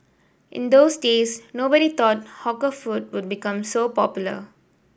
in those days nobody thought hawker food would become so popular